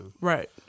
Right